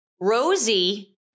Rosie